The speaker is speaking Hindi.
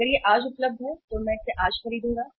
अगर यह आज उपलब्ध है तो मैं इसे आज खरीदूंगा